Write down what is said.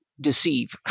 deceive